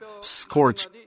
scorch